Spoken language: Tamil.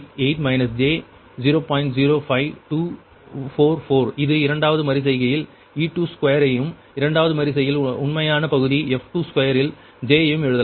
05244 இது இரண்டாவது மறு செய்கையில் e22 ஐயும் இரண்டாவது மறு செய்கையில் உண்மையான பகுதி f22 ல் j ஐயும் எழுதலாம்